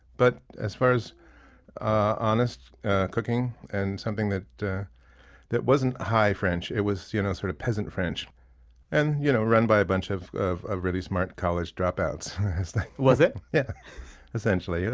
but as far as honest cooking and something that that wasn't high french, it was you know sort of peasant french and you know run by a bunch of of ah really smart college dropouts was it? yeah essentially. yeah